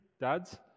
dads